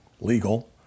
legal